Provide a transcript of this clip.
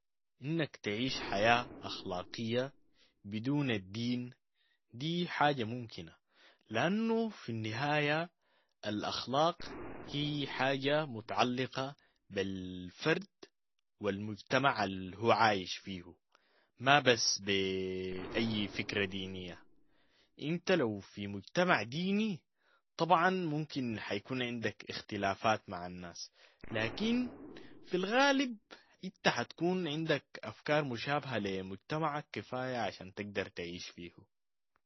أنك تعيش حياة أخلاقية بدون الدين دي حاجة ممكنة، لأنو في النهاية الأخلاق هي حاجة متعلقة بال- فرد و المجتمع اللي هو عايش فيو، ما بس بأي فكرة دينية. أنت لو في مجتمع ديني طبعاً ممكن حيكون عندك اختلافات مع الناس، لكن في الغالب أنت حتكون عندك أفكار مشابهة لمجتمعك كفاية عشان تقدر تعيش فيو.